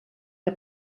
que